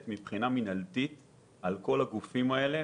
מבחינה מינהלית על כל הגורמים הללו.